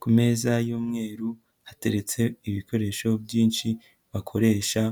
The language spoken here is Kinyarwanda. Ku meza y'umweru hateretse ibikoresho byinshi bakoresha